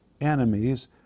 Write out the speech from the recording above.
enemies